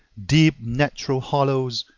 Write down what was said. deep natural hollows,